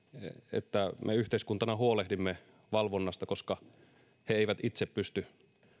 että me yhteiskuntana huolehdimme valvonnasta koska he eivät itse pysty